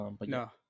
No